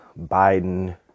Biden